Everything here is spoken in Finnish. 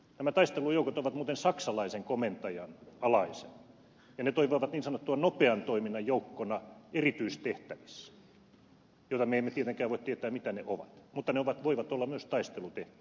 nämä taistelujoukot ovat muuten saksalaisen komentajan alaisena ja ne toimivat niin sanotun nopean toiminnan joukkona erityistehtävissä joista me emme tietenkään voi tietää mitä ne ovat mutta ne voivat olla myös taistelutehtäviä ensimmäistä kertaa